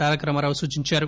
తారకరామారావు సూచించారు